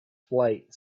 flight